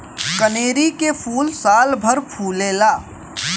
कनेरी के फूल सालभर फुलेला